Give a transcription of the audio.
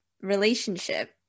relationship